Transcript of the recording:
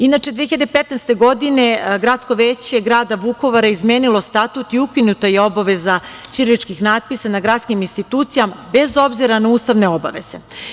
Inače, 2015. godine Gradsko veće grada Vukovara je izmenilo statut i ukinuta je obaveza ćiriličkih natpisa na gradskim institucijama, bez obzira na ustavne obaveze.